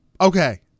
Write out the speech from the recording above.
Okay